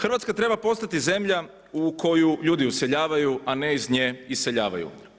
Hrvatska treba postati zemlja u koju ljudi useljavaju a ne iz nje iseljavaju.